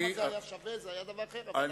זה שזה לא היה שווה, זה היה דבר אחר, אבל,